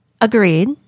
Agreed